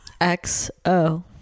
xo